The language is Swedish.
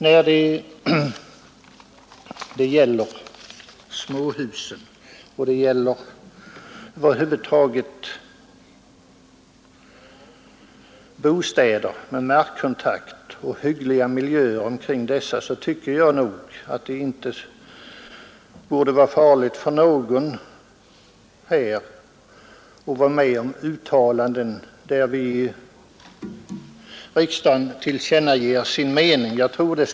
När det gäller småhus och över huvud taget bostäder med markkontakt och hygglig miljö tycker jag nog att det inte borde vara farligt för någon här att vara med om uttalanden där riksdagen tillkännager sin mening.